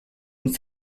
und